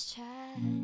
try